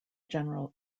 general